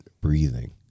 breathing